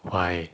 why